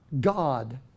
God